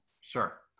Sure